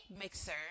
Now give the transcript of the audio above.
mixer